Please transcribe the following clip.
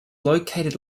located